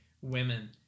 women